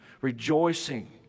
rejoicing